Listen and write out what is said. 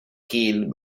killed